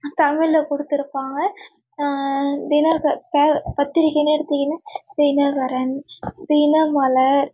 தமிழில் கொடுத்துருப்பாங்க தினக ப பத்திரிக்கைனு எடுத்திங்கனால் தினகரன் தினமலர்